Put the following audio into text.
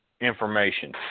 information